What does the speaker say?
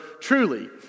truly